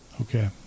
Okay